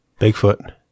bigfoot